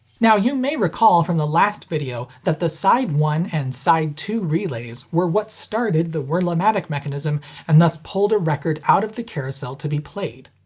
now, you may recall from the last video that the side one and side two relays were what started the wurlamatic mechanism and thus pulled a record out of the carousel to be played.